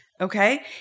Okay